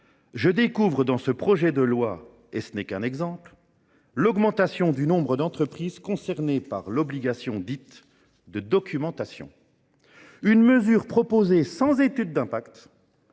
je découvre dans ce projet de loi – et ce n’est qu’un exemple – l’augmentation du nombre d’entreprises concernées par l’obligation dite de documentation. Cette mesure est proposée sans étude d’impact,